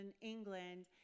England